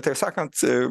taip sakant